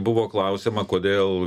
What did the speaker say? buvo klausiama kodėl